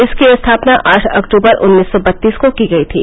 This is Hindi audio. इसकी स्थापना आठ अक्तूबर उन्नीस सौ बत्तीस को की गई थी